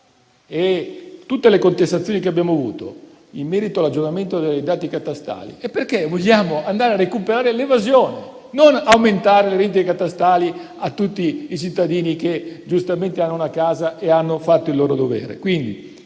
Tutte le contestazioni che abbiamo avuto in merito all'aggiornamento dei dati catastali sono dovute al fatto che vogliamo andare a recuperare l'evasione e non aumentare le rendite catastali a tutti i cittadini che giustamente hanno una casa e hanno fatto il loro dovere.